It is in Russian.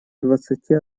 двадцати